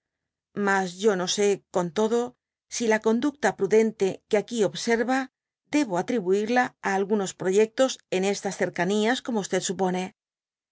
mas yo no sé con todo si la conducta prudente que aqui observa debo atribuirla á algunos proyectos en estas cercanías como supone